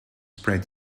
spread